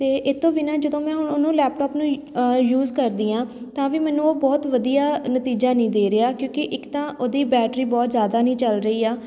ਅਤੇ ਇਹਤੋਂ ਬਿਨਾਂ ਜਦੋਂ ਮੈਂ ਹੁਣ ਉਹਨੂੰ ਲੈਪਟੋਪ ਨੂੰ ਯੂਜ਼ ਕਰਦੀ ਹਾਂ ਤਾਂ ਵੀ ਮੈਨੂੰ ਉਹ ਬਹੁਤ ਵਧੀਆ ਨਤੀਜਾ ਨਹੀਂ ਦੇ ਰਿਹਾ ਕਿਉਂਕਿ ਇੱਕ ਤਾਂ ਉਹਦੀ ਬੈਟਰੀ ਬਹੁਤ ਜ਼ਿਆਦਾ ਨਹੀਂ ਚੱਲ ਰਹੀ ਆ